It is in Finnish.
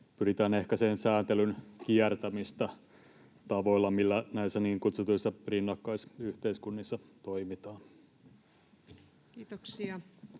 pyritään ehkäisemään sääntelyn kiertämistä tavoilla, joilla näissä niin kutsutuissa rinnakkaisyhteiskunnissa toimitaan. Ensimmäiseen